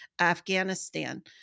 Afghanistan